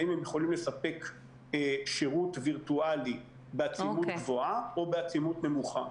האם הם יכולים לספק שירות וירטואלי בעצימות גבוהה או בעצימות נמוכה.